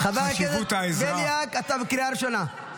חבר הכנסת בליאק, אתה בקריאה ראשונה.